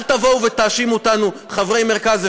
אל תבואו ותאשימו אותנו: חברי מרכז.